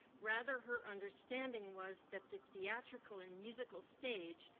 rather her understanding was that the theatrical and musical stage,